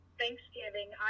thanksgiving